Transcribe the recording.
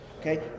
Okay